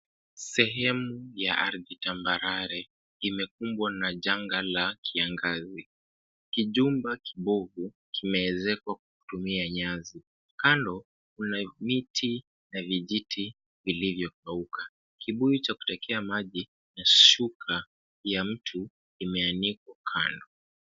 Sehemu ya ardhi tambarare imekumbwa na janga la kiangazi. Kijumba kibovu kimeezekwa kutumia nyasi. Kando kuna miti na vijiti vilivyokauka. Kibuyu cha kutekea maji na shuka ya mtu imeanikwa kando.